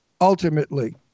ultimately